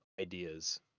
ideas